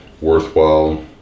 worthwhile